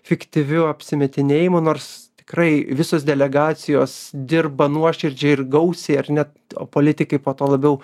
fiktyviu apsimetinėjimu nors tikrai visos delegacijos dirba nuoširdžiai ir gausiai ar ne o politikai po to labiau